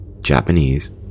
Japanese